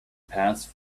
passed